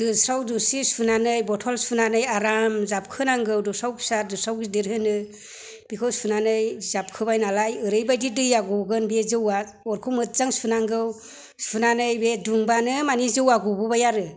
दोस्राव दुसि सुनानै बथल सुनानै आराम जाबखोनांगौ दोस्राव फिसा दोस्राव गिदिर होनो बेखौ सुनानै जाबखोबाय नालाय ओरैबायदि दैआ गगोन बे जौआ अरखौ मोजां सुनांगौ सुनानै बे दुंबानो माने जौआ गबोबाय आरो